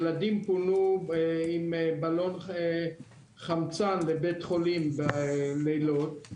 ילדים פונו עם בלון חמצן לבית חולים בלילות.